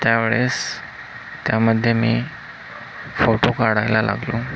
त्यावेळेस त्यामध्ये मी फोटो काढायला लागलो